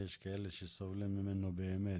ויש כאלה שסובלים ממנו באמת,